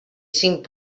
cinc